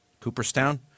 Cooperstown